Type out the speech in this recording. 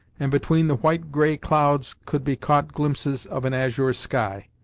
and between the white-grey clouds could be caught glimpses of an azure sky.